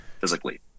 physically